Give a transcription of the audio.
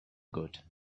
got